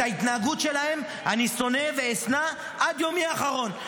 את ההתנהגות שלהם אני שונא, ואשנא עד יומי האחרון.